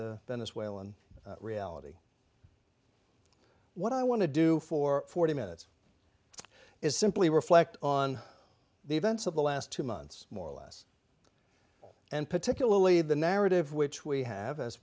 the venezuelan reality what i want to do for forty minutes is simply reflect on the events of the last two months more or less and particularly the narrative which we have as